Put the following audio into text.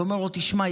ואומר לו: תשמע,